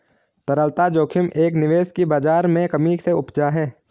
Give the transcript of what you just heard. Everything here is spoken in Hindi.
तरलता जोखिम एक निवेश की बाज़ार में कमी से उपजा है